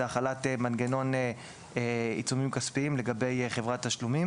זה החלת מנגנון עיצומים כספיים לגבי חברת תשלומים